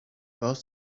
both